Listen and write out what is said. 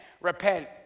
repent